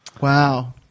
Wow